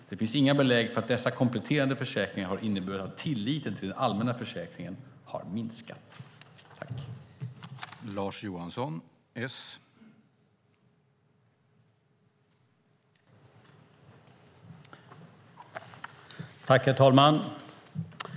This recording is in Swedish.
Det finns inga belägg för att dessa kompletterande försäkringar har inneburit att tilliten till den allmänna försäkringen har minskat. Då Monica Green, som framställt interpellationerna, anmält att hon var förhindrad att närvara vid sammanträdet medgav talmannen att Lars Johansson i stället fick delta i överläggningen.